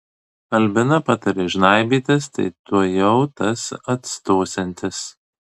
albina patarė žnaibytis tai tuojau tas atstosiantis